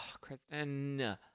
Kristen